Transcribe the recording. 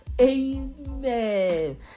Amen